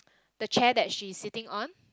the chair that she's sitting on